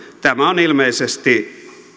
tämä on ilmeisesti